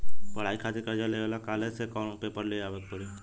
पढ़ाई खातिर कर्जा लेवे ला कॉलेज से कौन पेपर ले आवे के पड़ी?